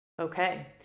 Okay